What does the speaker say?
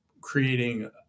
creating